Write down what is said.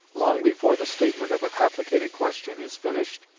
long before the statement of a complicated question is finished,